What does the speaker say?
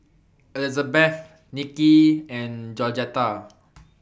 Elizabeth Nicky and Georgetta